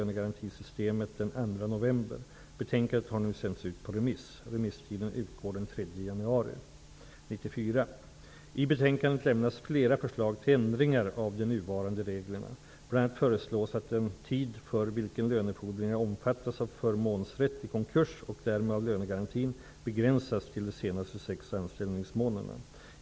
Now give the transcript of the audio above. november. Betänkandet har nu sänts ut på remiss. I betänkandet lämnas flera förslag till ändring av de nuvarande reglerna. Bland annat föreslås att den tid för vilken lönefordringar omfattas av förmånsrätt i konkurs, och därmed av lönegarantin, begränsas till de senaste sex anställningsmånaderna.